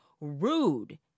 rude